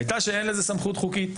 הייתה שאין לזה סמכות חוקית,